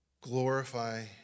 Glorify